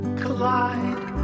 collide